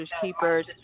Keepers